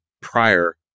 prior